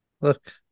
Look